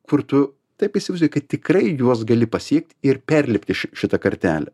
kur tu taip įsivaizduoji kad tikrai juos gali pasiekti ir perlipti ši šitą kartelę